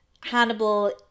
Hannibal